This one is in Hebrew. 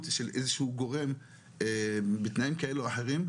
של איזשהו גורם בתנאים כאלו או אחרים,